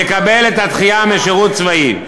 יקבל את הדחייה משירות צבאי.